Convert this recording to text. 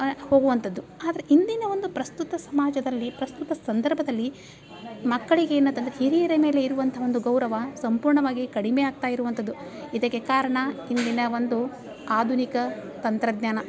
ಆ ಹೋಗುವಂಥದ್ದು ಆದ್ದರೆ ಇಂದಿನ ಒಂದು ಪ್ರಸ್ತುತ ಸಮಾಜದಲ್ಲಿ ಪ್ರಸ್ತುತ ಸಂದರ್ಭದಲ್ಲಿ ಮಕ್ಕಳಿಗೆ ಏನಾಯ್ತು ಅಂದರೆ ಹಿರಿಯರ ಮೇಲೆ ಇರುವಂಥ ಒಂದು ಗೌರವ ಸಂಪೂರ್ಣವಾಗಿ ಕಡಿಮೆ ಆಗ್ತಾಯಿರುವಂಥದ್ದು ಇದಕ್ಕೆ ಕಾರಣ ಇಂದಿನ ಒಂದು ಆಧುನಿಕ ತಂತ್ರಜ್ಞಾನ